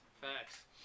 Facts